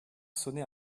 sonner